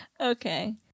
Okay